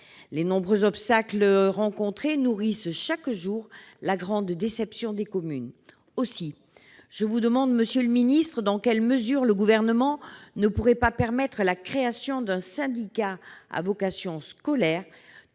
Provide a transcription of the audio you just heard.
Les nombreux obstacles rencontrés nourrissent chaque jour la grande déception des communes. Pouvez-vous m'indiquer, monsieur le ministre, dans quelle mesure le Gouvernement pourrait autoriser la création d'un syndicat à vocation scolaire,